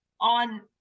on